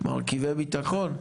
מרכיבי ביטחון,